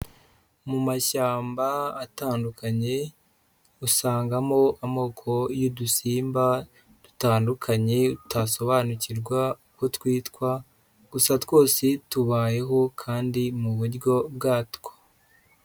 Mu mashyamba atandukanye, usangamo amoko y'udusimba dutandukanye utasobanukirwa uko twitwa, gusa twose tubayeho kandi mu buryo bwatwo.